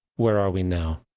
where are we now?